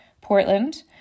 Portland